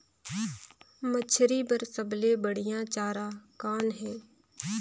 मछरी बर सबले बढ़िया चारा कौन हे?